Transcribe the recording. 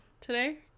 today